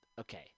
Okay